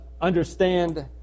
understand